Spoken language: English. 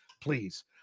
please